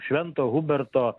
švento huberto